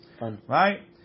right